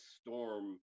storm